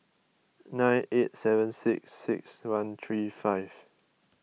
nine eight seven six six one three five